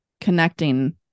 connecting